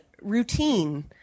routine